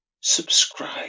subscribe